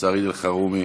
סעיד אלחרומי,